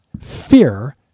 fear